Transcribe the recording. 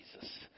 Jesus